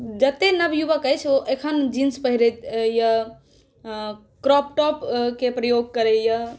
जते नवयुवक छथि एखन जीन्स पहिरै छथि या क्रॉपटॉपके प्रयोग करैया